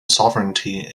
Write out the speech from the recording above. sovereignty